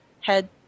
head